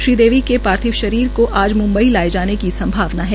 श्री देवी के पार्थिव शरीर को आज मुम्बई लाए जाने की संभावना है